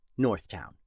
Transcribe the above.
Northtown